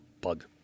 bug